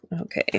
okay